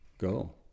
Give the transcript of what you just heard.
go